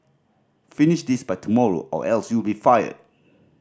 finish this by tomorrow or else you'll be fired